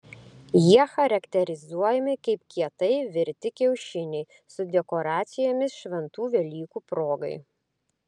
jie charakterizuojami kaip kietai virti kiaušiniai su dekoracijomis šventų velykų progai